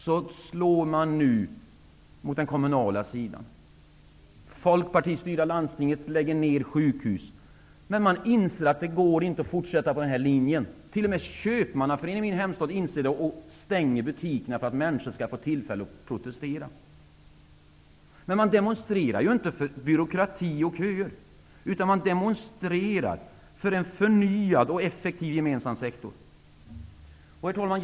Där slår man nu mot den kommunala sidan. Det folkpartistyrda landstinget lägger ner sjukhus. Men många inser att det inte går att fortsätta på den här linjen, t.o.m. Köpmannaföreningen i min hemstad inser det. Den stänger butikerna för att människor skall få tillfälle att protestera. Men man demonstrerar inte för byråkrati och köer utan för en förnyad och effektiv gemensam sektor. Herr talman!